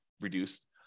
reduced